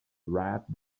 wrapped